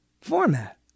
format